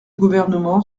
gouvernement